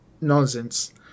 nonsense